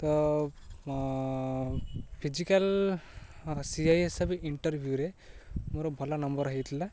ତ physical C I S F ଇଣ୍ଟରଭ୍ୟୁରେ ମୋର ଭଲ ନମ୍ବର ହେଇଥିଲା